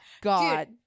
god